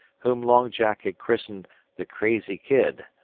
whom long jack had christened the crazy kid,